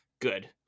good